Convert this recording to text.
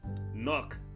Knock